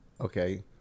Okay